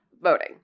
Voting